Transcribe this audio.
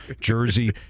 jersey